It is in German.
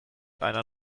einer